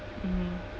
mmhmm